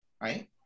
right